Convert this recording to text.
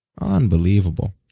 unbelievable